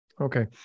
Okay